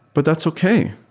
but that's okay.